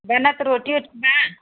बना के रोटी बा